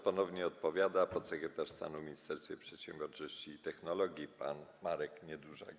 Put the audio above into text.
Ponownie odpowiada podsekretarz stanu w Ministerstwie Przedsiębiorczości i Technologii pan Marek Niedużak.